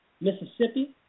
Mississippi